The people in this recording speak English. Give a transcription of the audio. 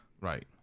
Right